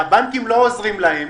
שהבנקים לא עוזרים להם,